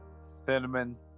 cinnamon